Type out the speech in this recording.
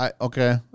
Okay